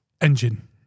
engine